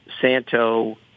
santo